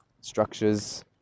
structures